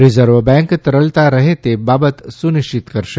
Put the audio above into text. reserve Bank તરલતા રહે તે બાબત સુનિશ્ચિત કરશે